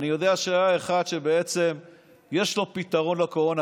אני יודע שהיה אחד שבעצם יש לו פתרון לקורונה,